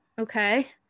Okay